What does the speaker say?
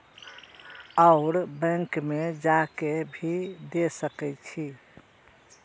और बैंक में जा के भी दे सके छी?